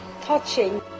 touching